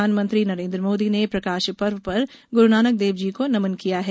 प्रधानमंत्री नरेन्द्र मोदी ने प्रकाश पर्व पर गुरू नानक देव जी को नमन किया है